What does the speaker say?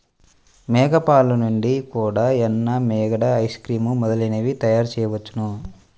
మేక పాలు నుండి కూడా వెన్న, మీగడ, ఐస్ క్రీమ్ మొదలైనవి తయారుచేయవచ్చును